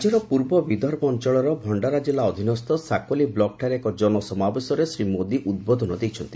ରାଜ୍ୟର ପୂର୍ବ ବିଦର୍ଭ ଅଞ୍ଚଳର ଭଣ୍ଣାରା ଜିଲ୍ଲା ଅଧୀନସ୍ଥ ସାକୋଲି ବୁକ୍ଠାରେ ଏକ ଜନ ସମାବେଶରେ ଶ୍ରୀ ମୋଦି ଉଦ୍ବୋଧନ ଦେଇଛନ୍ତି